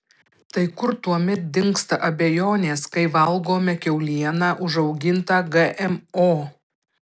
tai kur tuomet dingsta abejonės kai valgome kiaulieną užaugintą gmo